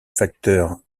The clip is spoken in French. facteur